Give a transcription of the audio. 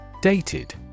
Dated